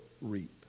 reap